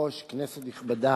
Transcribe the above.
אדוני היושב-ראש, כנסת נכבדה,